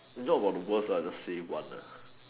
is not about the worse lah I just say one nah